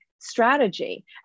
strategy